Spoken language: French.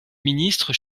ministre